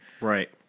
Right